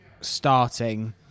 starting